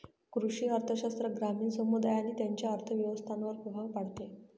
कृषी अर्थशास्त्र ग्रामीण समुदाय आणि त्यांच्या अर्थव्यवस्थांवर प्रभाव पाडते